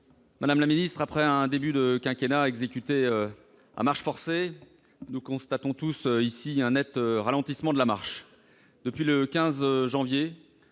Madame la ministre, après un début de quinquennat exécuté à marche forcée, nous constatons tous un net ralentissement de la marche. Depuis le 15 janvier,